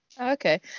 Okay